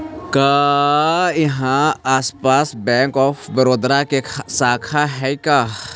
का इहाँ आसपास बैंक ऑफ बड़ोदा के शाखा हइ का?